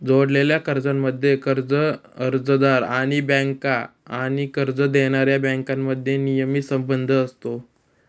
जोडलेल्या कर्जांमध्ये, कर्ज अर्जदार आणि बँका आणि कर्ज देणाऱ्या बँकांमध्ये नियमित संबंध असतो